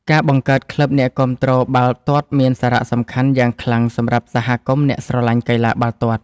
ការបង្កើតក្លឹបអ្នកគាំទ្របាល់ទាត់មានសារៈសំខាន់យ៉ាងខ្លាំងសម្រាប់សហគមន៍អ្នកស្រលាញ់កីឡាបាល់ទាត់។